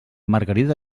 margarida